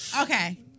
Okay